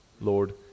Lord